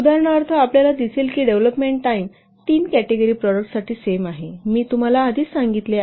उदाहरणार्थ आपल्याला दिसेल की डेव्हलपमेंट टाईम 3 कॅटेगरी प्रॉडक्टसाठी सेम आहे मी तुम्हाला आधीच सांगितले आहे